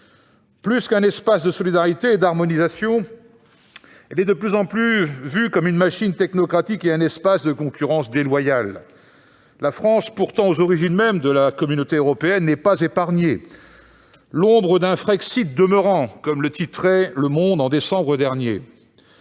Plus qu'un espace de solidarité et d'harmonisation, l'Union européenne est de plus en plus vue comme une machine technocratique et un espace de concurrence déloyale. La France, pourtant aux origines mêmes de la communauté européenne, n'est pas épargnée :« Même atténuée, l'ombre du Frexit demeure », comme le titrait au mois de décembre dernier.